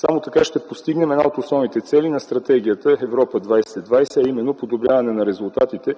Само така ще постигнем една от основните цели на Стратегията „Европа 2020”, а именно подобряване на резултатите